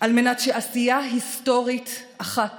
על מנת שעשייה היסטורית אחת